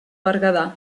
berguedà